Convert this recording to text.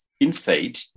inside